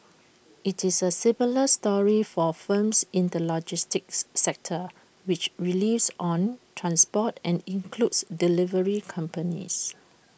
IT is A similar story for firms in the logistics sector which relies on transport and includes delivery companies